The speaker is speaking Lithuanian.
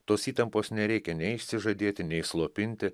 tos įtampos nereikia nei išsižadėti nei slopinti